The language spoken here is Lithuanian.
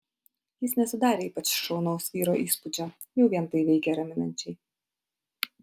jis nesudarė ypač šaunaus vyro įspūdžio jau vien tai veikė raminančiai